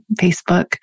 Facebook